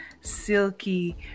silky